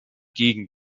gegen